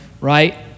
right